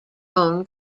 own